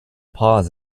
paws